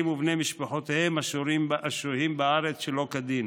ובני משפחותיהם השוהים בארץ שלא כדין.